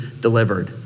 delivered